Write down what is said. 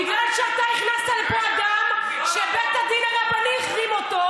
בגלל שאתה הכנסת לפה אדם שבית הדין הרבני החרים אותו,